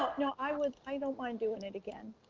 no, i would. i don't mind doing it again.